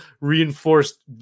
reinforced